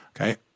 Okay